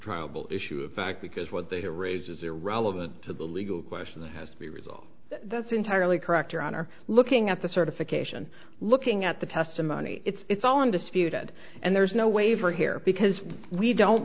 trouble issue in fact because what they did raise is irrelevant to the legal question that has to be resolved that's entirely correct your honor looking at the certification looking at the testimony it's all undisputed and there's no waiver here because we don't